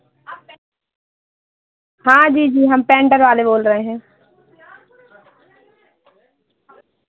हाँ जी जी हम पेंटर बाले बोल रहे हैं